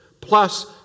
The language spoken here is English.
plus